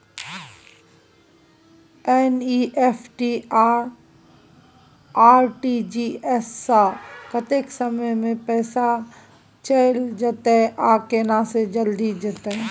NEFT आ RTGS स कत्ते समय म पैसा चैल जेतै आ केना से जल्दी जेतै?